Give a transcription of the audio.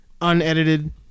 unedited